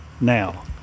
now